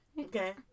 Okay